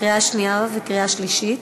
קריאה שנייה וקריאה שלישית.